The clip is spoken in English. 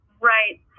Right